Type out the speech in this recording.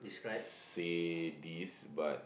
say this but